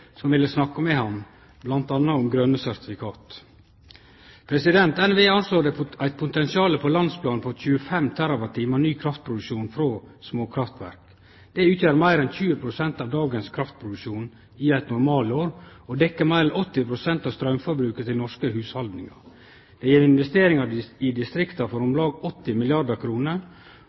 som ville snakke med han bl.a. om grøne sertifikat. NVE anslår eit potensial på landsplan på 25 TWh ny kraftproduksjon frå småkraftverk. Dette utgjer meir enn 20 pst. av dagens kraftproduksjon i eit normalår og dekkjer meir enn 80 pst. av straumforbruket til norske hushaldningar. Det gjev investeringar i distrikta for om lag 80 milliardar